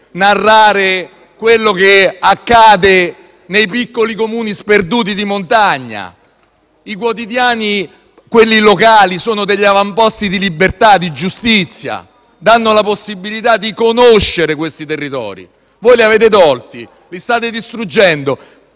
narrare quello che accade nei piccoli Comuni sperduti di montagna. I quotidiani, quelli locali, sono degli avamposti di libertà e di giustizia, danno la possibilità di conoscere questi territori. Voi li avete tolti, li state distruggendo